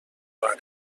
mar